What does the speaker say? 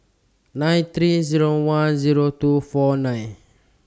nine thirty Zero one Zero two four nine